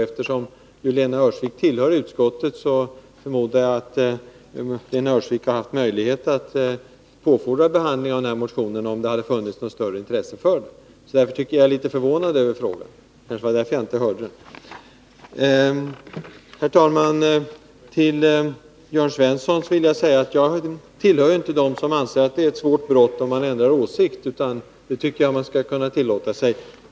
Eftersom Lena Öhrsvik tillhör utskottet, förmodar jag att hon hade haft möjlighet att påfordra behandling av fler motioner nu, om hon hade haft intresse av det. Därför är jag litet förvånad över frågan — det var kanske därför jag inte hörde den. Jag tillhör inte dem som anser att det är ett svårt brott att ändra åsikt, Jörn Svensson. Det tycker jag att man skall kunna tillåta sig.